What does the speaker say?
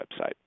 website